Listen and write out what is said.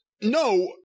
no